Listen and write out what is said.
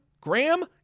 Graham